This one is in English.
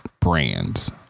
brands